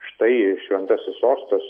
štai šventasis sostas